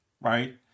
right